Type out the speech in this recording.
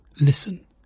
listen